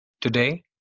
Today